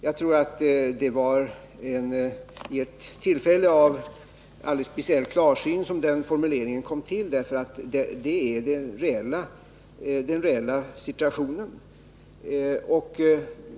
Jag tror det var vid ett tillfälle av alldeles speciell klarsyn som den formuleringen kom till, för det är den reella situationen.